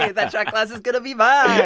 like that shot glass is going to be but